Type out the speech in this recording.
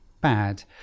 bad